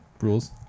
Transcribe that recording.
rules